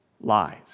lies